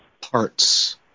parts